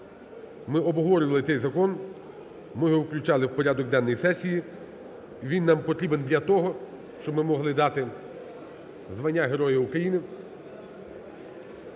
ми обговорювали цей закон. Ми його включали в порядок денний сесії. Він нам потрібен для того, щоб ми могли дати звання Героя України